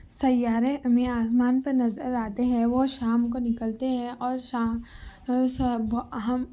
سیارے ہمیں آسمان پر نظر آتے ہیں وہ شام کو نکلتے ہیں اور شام سب ہم